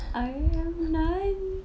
I am nine